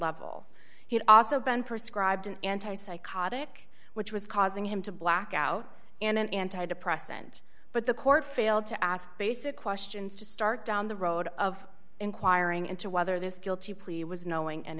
had also been perscribe an anti psychotic which was causing him to black out in an anti depressant but the court failed to ask basic questions to start down the road of inquiring into whether this guilty plea was knowing and